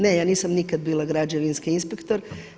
Ne, ja nisam nikada bila građevinski inspektor.